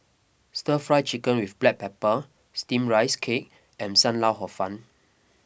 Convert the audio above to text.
Stir Fry Chicken with Black Pepper Steamed Rice Cake and Sam Lau Hor Fun